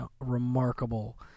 remarkable